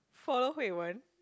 follow Hui Wen